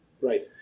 Right